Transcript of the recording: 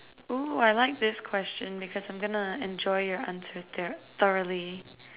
oo I like this question because I'm going to enjoy your answer tho~ thoroughly